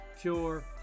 cure